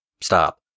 stop